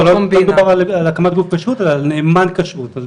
לא מדובר על הקמת גוף כשרות, אלא על נאמן כשרות.